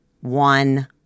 one